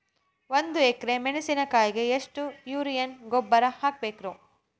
ಒಂದು ಎಕ್ರೆ ಮೆಣಸಿನಕಾಯಿಗೆ ಎಷ್ಟು ಯೂರಿಯಾ ಗೊಬ್ಬರ ಹಾಕ್ಬೇಕು?